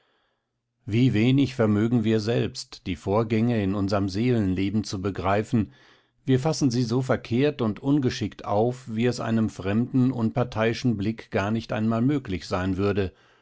wie wenig vermögen wir selbst die vorgänge in unserem seelenleben zu begreifen wir fassen sie so verkehrt und ungeschickt auf wie es einem fremden unparteiischen blick gar nicht einmal möglich sein würde